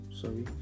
Sorry